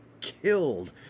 killed